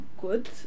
good